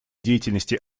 деятельности